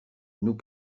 nous